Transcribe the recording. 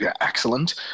excellent